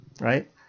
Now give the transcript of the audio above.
Right